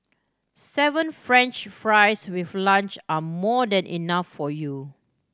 seven french fries with lunch are more than enough for you